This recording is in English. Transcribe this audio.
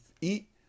eat